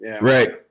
Right